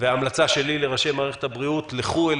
ההמלצה שלי לראשי מערכת הבריאות: לכו אל